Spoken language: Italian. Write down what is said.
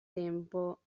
tempo